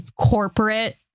corporate